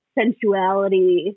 sensuality